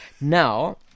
Now